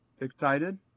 excited